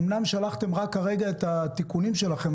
אומנם שלחתם רק הרגע את התיקונים שלכם,